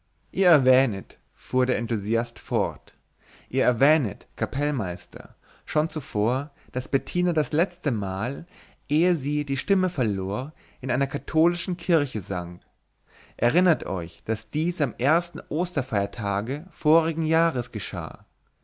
ihr erwähntet fuhr der enthusiast fort ihr erwähntet kapellmeister schon zuvor daß bettina das letztemal ehe sie die stimme verlor in der katholischen kirche sang erinnert euch daß dies am ersten osterfeiertage vorigen jahres geschah